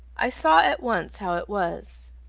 i saw at once how it was.